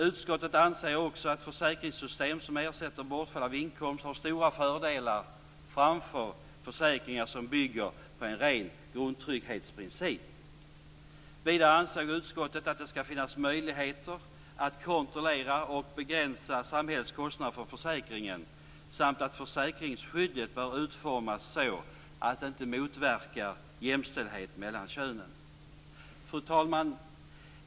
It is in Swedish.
Utskottet anser också att försäkringssystem som ersätter bortfall av inkomst har stora fördelar framför försäkringar som bygger på en ren grundtrygghetsprincip. Vidare anser utskottet att det skall finnas möjligheter att kontrollera och begränsa samhällets kostnader för försäkringen samt att försäkringsskyddet bör utformas så att det inte motverkar jämställdhet mellan könen.